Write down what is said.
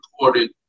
recorded